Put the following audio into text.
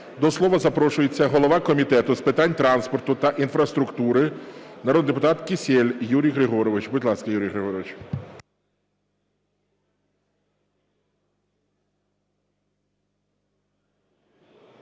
До слова запрошується голова Комітету з питань транспорту та інфраструктури народний депутат Кісєль Юрій Григорович. Будь ласка, Юрій Григорович.